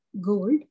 gold